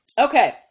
Okay